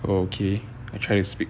oh okay I try to speak